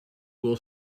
will